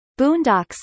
Boondocks